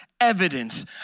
evidence